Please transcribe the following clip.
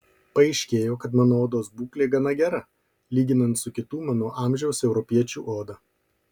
paaiškėjo kad mano odos būklė gana gera lyginant su kitų mano amžiaus europiečių oda